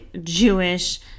Jewish